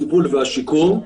הטיפול והשיקום,